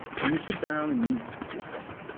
and you sit down, and you discuss it.